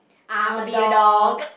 I will be a dog